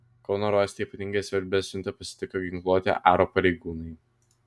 kauno oro uoste ypatingai svarbią siuntą pasitiko ginkluoti aro pareigūnai